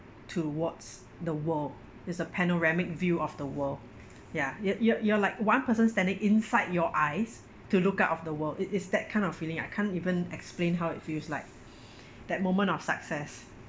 towards the world it's a panoramic view of the world ya you're you're you're like one person standing inside your eyes to look out of the world it's it's that kind of feeling I can't even explain how it feels like that moment of success